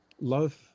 love